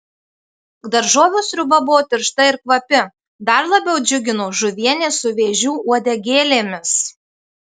daržovių sriuba buvo tiršta ir kvapi dar labiau džiugino žuvienė su vėžių uodegėlėmis